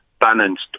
balanced